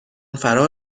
فرا